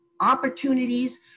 opportunities